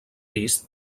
vist